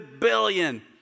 Billion